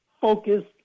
focused